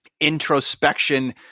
introspection